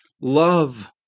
love